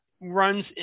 runs